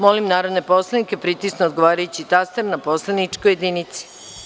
Molim narodne poslanike da pritisnu odgovarajući taster na poslaničkoj jedinici.